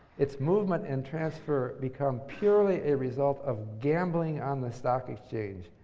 its movement and transfer become purely a result of gambling on the stock exchange,